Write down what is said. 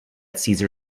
cesar